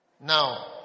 Now